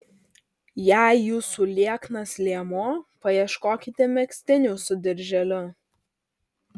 jei jūsų lieknas liemuo paieškokite megztinių su dirželiu